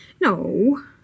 No